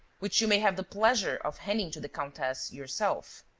which you may have the pleasure of handing to the countess yourself.